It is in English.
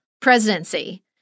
presidency